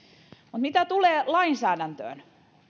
mutta mitä tulee lainsäädäntöön